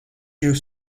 jūs